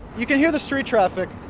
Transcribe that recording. you can hear the street traffic,